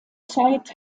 zeit